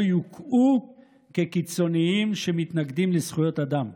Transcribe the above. יוקעו כקיצוניים שמתנגדים לזכויות אדם.